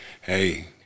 Hey